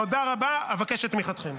תודה רבה, אבקש את תמיכתכם.